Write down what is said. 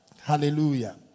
Hallelujah